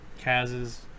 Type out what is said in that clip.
Kaz's